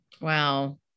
Wow